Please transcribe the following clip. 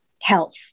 health